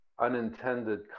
unintended